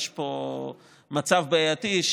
יש פה מצב בעייתי,